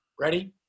ready